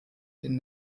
den